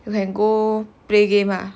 you can go play game lah